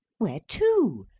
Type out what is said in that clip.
where to?